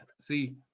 see